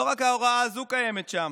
לא רק ההוראה הזו קיימת שם.